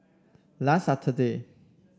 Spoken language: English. last Saturday